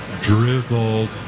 drizzled